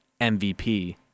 MVP